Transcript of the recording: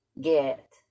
get